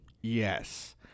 Yes